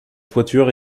toiture